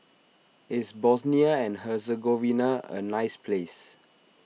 is Bosnia and Herzegovina a nice place